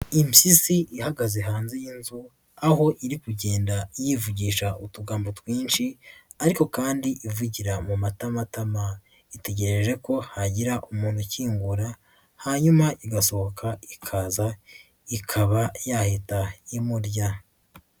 Impyizi ihagaze hanze y'inzu, aho iri kugenda yivugisha utugambo twinshi ariko kandi ivugira mu matamatama, itegereje ko hagira umuntu ukingura, hanyuma igasohoka ikaza ikaba yahita imurya.